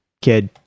kid